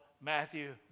Matthew